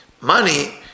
money